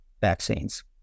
vaccines